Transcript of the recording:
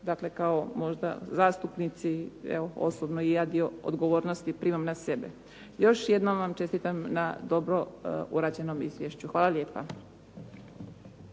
dakle kao možda zastupnici, evo osobno i ja dio odgovornosti primam na sebe. Još jednom vam čestitam na dobro urađenom izvješću. Hvala lijepa.